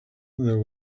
there